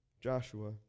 Joshua